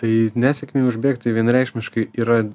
tai nesėkmei užbėgti vienareikšmiškai yra